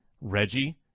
Reggie